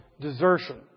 desertion